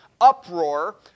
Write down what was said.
uproar